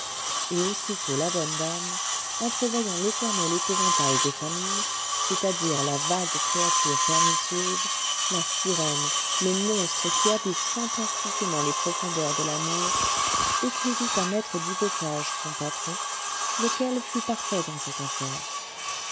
et aussitôt la bonne dame entrevoyant l'éternel épouvantail des familles c'est-à-dire la vague créature pernicieuse la sirène le monstre qui habite fantastiquement les profondeurs de l'amour écrivit à maître dubocage son patron lequel fut parfait dans cette affaire